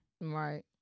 Right